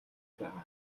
байгаа